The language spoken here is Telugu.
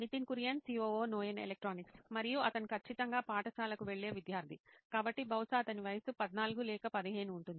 నితిన్ కురియన్ COO నోయిన్ ఎలక్ట్రానిక్స్ మరియు అతను ఖచ్చితంగా పాఠశాలకు వెళ్ళే విద్యార్థి కాబట్టి బహుశా అతని వయస్సు 14 లేక 15 ఉంటుంది